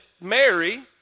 Mary